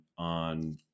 on